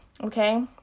okay